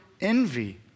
envy